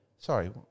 sorry